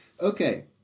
Okay